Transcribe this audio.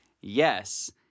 yes